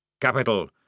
Capital